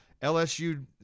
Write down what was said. LSU